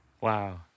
Wow